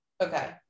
Okay